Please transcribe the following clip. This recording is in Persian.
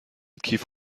کیف